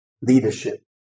leadership